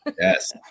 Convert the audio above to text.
Yes